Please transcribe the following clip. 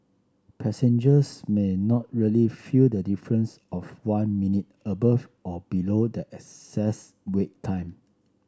passengers may not really feel the difference of one minute above or below the excess wait time